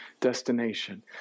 destination